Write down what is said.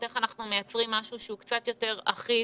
איך אנחנו מייצרים משהו שהוא קצת יותר אחיד,